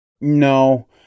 No